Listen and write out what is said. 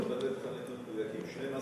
אני יכול לתת לך נתונים מדויקים: זה פחות